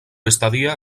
estadía